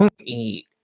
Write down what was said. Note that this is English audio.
eat